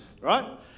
right